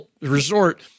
resort